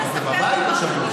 בבית לא שמעו.